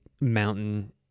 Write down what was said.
mountain